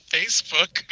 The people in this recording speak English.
Facebook